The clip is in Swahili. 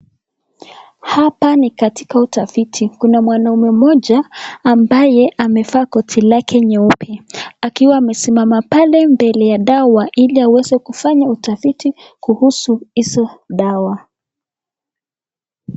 Hapa ni katika utafiti. Kuna mwanaume mmoja ambaye amevaa koti lake jeupe akiwa amesimama pale mbele ya dawa ili aweze kufanya utafiti kuhusu hizo dawa.